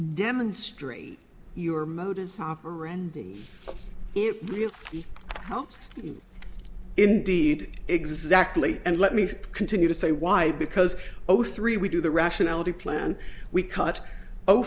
demonstrate your modus operandi it really helped him indeed exactly and let me continue to say why because over three we do the rationality plan we cut oh